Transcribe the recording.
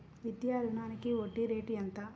విద్యా రుణానికి వడ్డీ రేటు ఎంత?